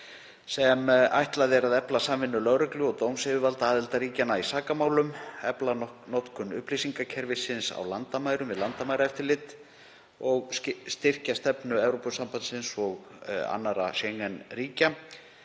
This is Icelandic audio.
sem ætlað er að efla samvinnu lögreglu og dómsyfirvalda aðildarríkjanna í sakamálum, efla notkun upplýsingakerfisins á landamærum við landamæraeftirlit og styrkja stefnu Evrópusambandsins um endursendingu